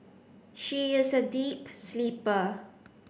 she is a deep sleeper